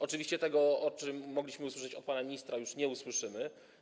Oczywiście tego, o czym mogliśmy usłyszeć od pana ministra, już nie usłyszymy.